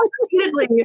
repeatedly